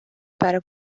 para